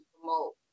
promote